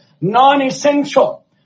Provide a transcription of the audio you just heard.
non-essential